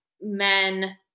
men